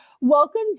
welcome